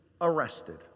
arrested